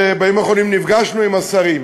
היום ובימים האחרונים נפגשנו עם השרים.